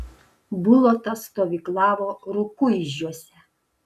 bulota stovyklavo rukuižiuose